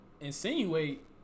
insinuate